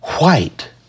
white